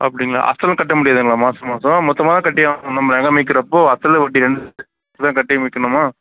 அப்படிங்ளா அசலும் கட்ட முடியாதுங்களா மாதம் மாதம் மொத்தமாக தான் கட்டி நகை மீட்க்கிற அப்போ அசல் வட்டி ரெண்டு கட்டி மீட்க்கணுமா